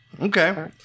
okay